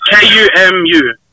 K-U-M-U